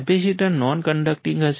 capacitor non conducting હશે